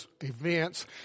events